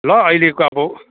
ल अहिलेको अब